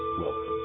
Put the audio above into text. welcome